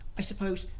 i suppose,